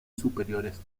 superiores